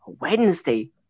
Wednesday